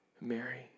Mary